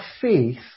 faith